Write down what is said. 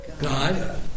God